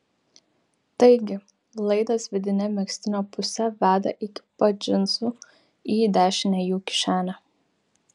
taigi laidas vidine megztinio puse veda iki pat džinsų į dešinę jų kišenę